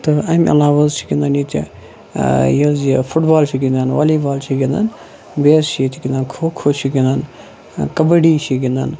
تہٕ اَمہِ علاوٕ حظ چھِ گِنٛدان ییٚتہِ یہِ حظ یہِ فُٹ بال چھِ گَنٛدان والی بال چھِ گِنٛدان بیٚیہِ حظ چھِ ییٚتہِ گِنٛدان کھو کھو چھِ گِندان کَبڈی چھِ گِنٛدان